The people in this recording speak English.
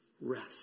rest